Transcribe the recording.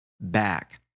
back